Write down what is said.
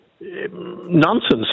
nonsense